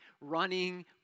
running